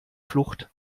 flucht